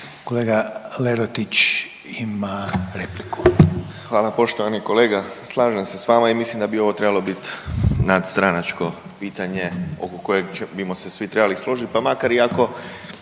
**Lerotić, Marin (IDS)** Hvala. Poštovani kolega slažem se s vama i mislim da bi ovo trebalo biti nadstranačko pitanje oko kojeg bimo se svi trebali složiti pa makar i ako